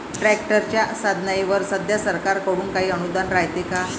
ट्रॅक्टरच्या साधनाईवर सध्या सरकार कडून काही अनुदान रायते का?